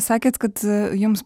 sakėt kad jums